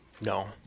no